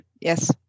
Yes